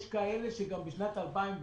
יש כאלה שגם בשנת 2019,